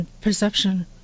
perception